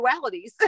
dualities